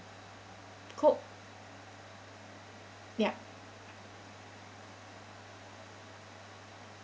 coke ya